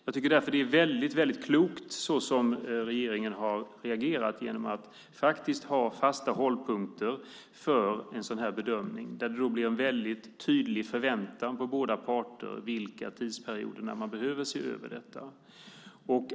Jag tycker därför att regeringen har agerat väldigt klokt genom att ha fasta hållpunkter för en sådan bedömning, för det blir en väldigt tydlig förväntan på båda parter under vilka tidsperioder man behöver se över detta.